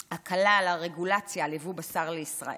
הקלה על הרגולציה על יבוא בשר לישראל,